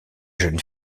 jeune